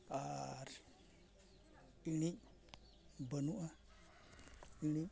ᱟᱨ ᱤᱲᱤᱡ ᱵᱟᱹᱱᱩᱜᱼᱟ ᱤᱲᱤᱡ